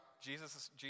Jesus